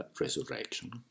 resurrection